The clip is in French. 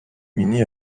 mini